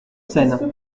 seine